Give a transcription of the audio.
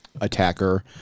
attacker